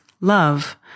love